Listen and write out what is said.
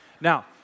Now